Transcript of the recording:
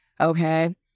okay